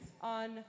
on